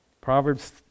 Proverbs